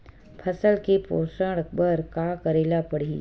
फसल के पोषण बर का करेला पढ़ही?